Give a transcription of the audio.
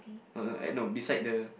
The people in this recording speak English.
oh no at no beside the